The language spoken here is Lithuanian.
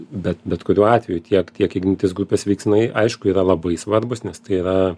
bet bet kuriuo atveju tiek tiek ignitis grupės veiksnai aišku yra labai svarbūs nes tai yra